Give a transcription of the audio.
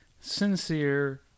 sincere